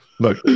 Look